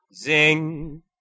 Zing